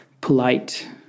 polite